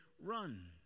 run